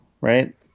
right